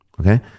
okay